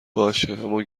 باشه، اما